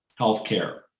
healthcare